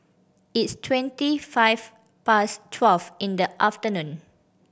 its twenty five past twelve in the afternoon